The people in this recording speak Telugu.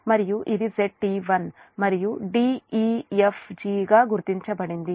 మరియు ఇది ZT1 మరియు d e f g గా గుర్తించబడింది